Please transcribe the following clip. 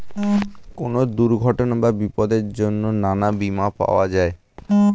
কোন দুর্ঘটনা বা বিপদের জন্যে নানা বীমা পাওয়া যায়